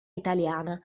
italiana